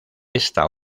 esta